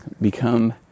become